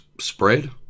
spread